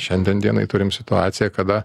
šiandien dienai turim situaciją kada